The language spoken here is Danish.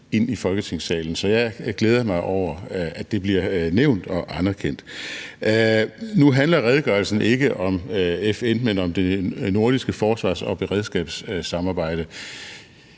ind i Folketingssalen, så jeg glæder mig over, at det blev nævnt og anerkendt. Nu handler redegørelsen ikke om FN, men om det nordiske forsvars- og beredskabssamarbejde.